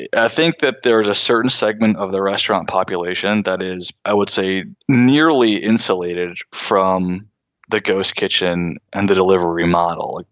ah think that there is a certain segment of the restaurant population that is, i would say, nearly insulated from the ghost kitchen and the delivery model.